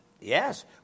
Yes